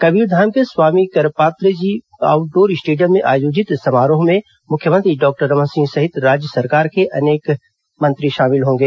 कबीरधाम के Swami Karpatri ji outdoor stadium में आयोजित इस समारोह में मुख्यमंत्री डॉक्टर रमन सिंह सहित राज्य सरकार अन्य मंत्रीगण शामिल होंगे